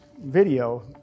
video